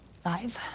five?